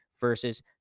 versus